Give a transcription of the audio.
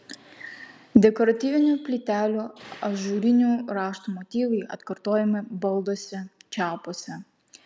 dekoratyvinių plytelių ažūrinių raštų motyvai atkartojami balduose čiaupuose